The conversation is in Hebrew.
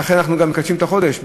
ולכן אנחנו גם מקדשים את החודש,